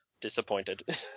Disappointed